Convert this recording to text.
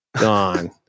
gone